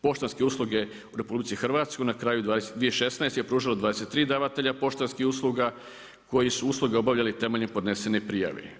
Poštanske usluge u RH na kraju 2016. je pružilo 23 davatelja poštanskih usluga koji su usluge obavljali temeljem podnesen prijave.